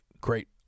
great